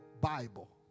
Bible